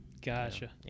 Gotcha